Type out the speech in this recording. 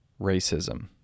racism